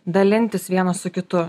dalintis vienas su kitu